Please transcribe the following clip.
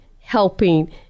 helping